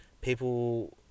people